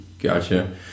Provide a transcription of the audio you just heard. Gotcha